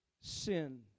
sin